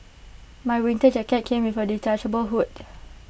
my winter jacket came with A detachable hood